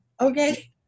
Okay